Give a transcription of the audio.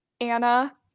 Anna